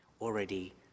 already